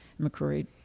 McCrory